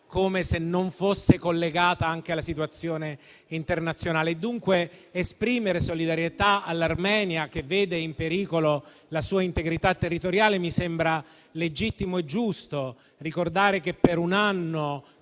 come se non fosse collegata anche alla situazione internazionale. Pertanto, esprimere solidarietà all'Armenia, che vede in pericolo la sua integrità territoriale, mi sembra legittimo e giusto. Vorrei ricordare che per un anno